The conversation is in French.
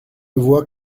vois